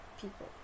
people